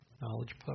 Knowledge